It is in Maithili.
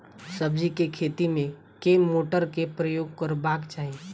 सब्जी केँ खेती मे केँ मोटर केँ प्रयोग करबाक चाहि?